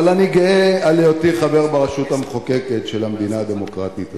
אבל אני גאה על היותי חבר ברשות המחוקקת של המדינה הדמוקרטית הזאת.